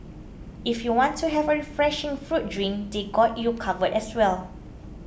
if you want to have a refreshing fruit drink they got you covered as well